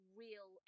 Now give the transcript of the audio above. real